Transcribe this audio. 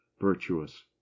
virtuous